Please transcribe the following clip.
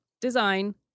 design